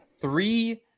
Three